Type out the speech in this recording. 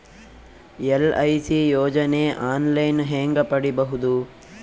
LIC ಯೋಜನೆ online ಹೇಂಗ ಪಡಿಬಹುದು?